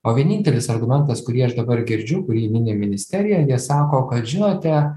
o vienintelis argumentas kurį aš dabar girdžiu kurį mini ministerija jie sako kad žinote